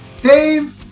Dave